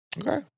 Okay